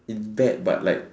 in bed but like